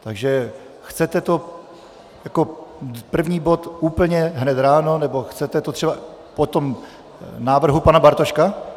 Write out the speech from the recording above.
Takže chcete to jako první bod úplně hned ráno, nebo chcete to třeba po tom návrhu pana Bartoška?